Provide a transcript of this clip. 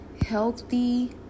healthy